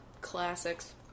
classics